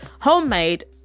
homemade